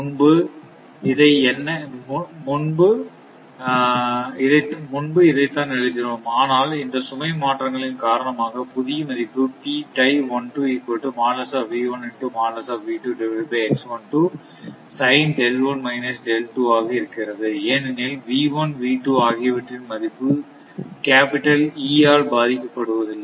முன்பு இதை என்ன எழுதினோம் ஆனால் இந்த சுமை மாற்றங்களின் காரணமாக புதிய மதிப்பு ஆக இருக்கிறது ஏனெனில்ஆகியவற்றின் மதிப்பு E ஆல் பாதிக்கப்படுவதில்லை